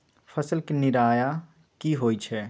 फसल के निराया की होइ छई?